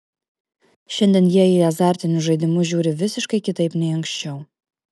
šiandien jie į azartinius žaidimus žiūri visiškai kitaip nei anksčiau